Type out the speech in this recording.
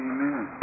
Amen